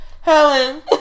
Helen